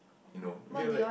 no we have like